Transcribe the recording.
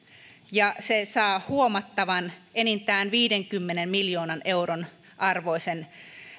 ja se saa huomattavan enintään viidenkymmenen miljoonan euron arvoisen